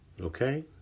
Okay